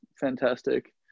fantastic